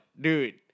dude